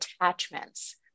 attachments